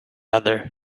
other